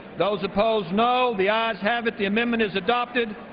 those opposed, no. the ayes have. it the amendment is adopted.